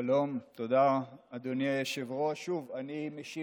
ואני אומר